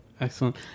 excellent